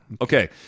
Okay